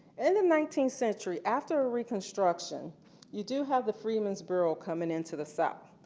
in the nineteenth century, after reconstruction you do have the freedmen's bureau coming into the south.